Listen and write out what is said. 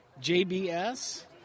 JBS